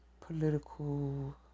political